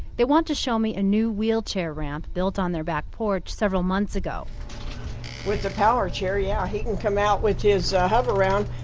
they want to show me a new wheelchair ramp built on their back porch several months ago with the power chair, yeah, he can come out with his hover-round,